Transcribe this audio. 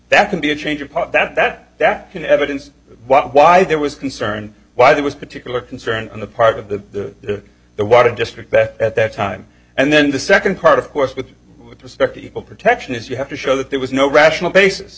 that can be a change of heart that that can evidence what why there was concern why there was particular concern on the part of the the water district that at that time and then the second part of course with respect to equal protection is you have to show that there was no rational basis